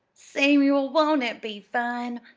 samuel, won't it be fun?